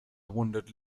wandered